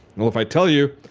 well if i tell you,